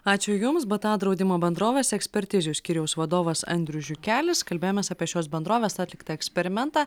ačiū jums bta draudimo bendrovės ekspertizių skyriaus vadovas andrius žiukelis kalbėjomės apie šios bendrovės atliktą eksperimentą